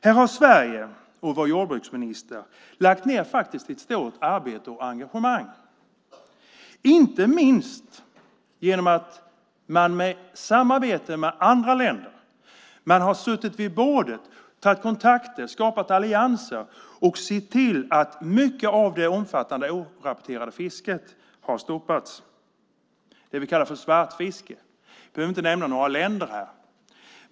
Här har Sverige och vår jordbruksminister lagt ned ett stort arbete och engagemang, inte minst genom samarbete med andra länder. Man har suttit vid bordet, tagit kontakter, skapat allianser och sett till att mycket av det omfattande orapporterade fisket har stoppats. Det är det vi kallar för svartfiske. Jag behöver inte nämna några länder.